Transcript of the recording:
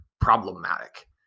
problematic